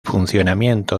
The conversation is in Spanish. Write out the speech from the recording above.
funcionamiento